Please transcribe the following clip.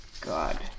God